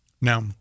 now